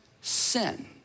sin